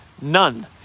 None